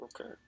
okay